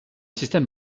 système